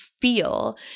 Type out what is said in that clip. feel